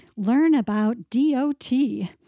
learnaboutDOT